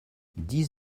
dix